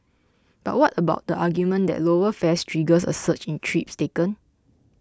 but what about the argument that lower fares triggers a surge in trips taken